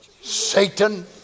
Satan